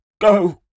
Go